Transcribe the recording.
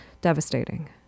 devastating